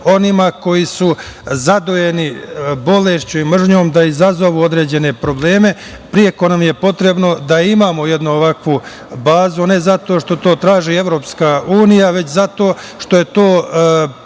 onima koji su zadojeni bolešću i mržnjom da izazovu određene probleme, preko nam je potrebno da imamo jednu ovakvu bazu, a ne zato što to traži EU, već zato što je to,